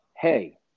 hey